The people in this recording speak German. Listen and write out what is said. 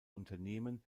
unternehmen